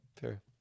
Fair